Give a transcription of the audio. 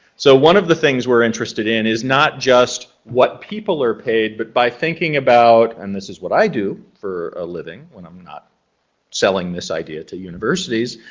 so one of the things we're interested in is not just what people are paid but by thinking about, and this is what i do for a living when i'm not selling this idea to universities,